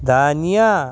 दानिया